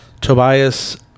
tobias